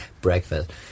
breakfast